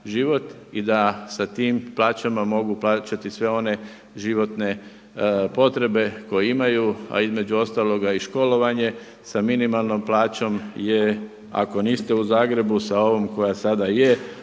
i da sa tim plaćama mogu plaćati sve one životne potrebe koje imaju a između ostaloga i školovanje sa minimalnom plaćom je, ako niste u Zagrebu sa ovom koja sada je